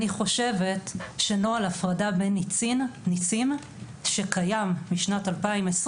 אני חושבת שנוהל הפרדה בין ניצים שקיים בשנת 2020,